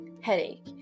headache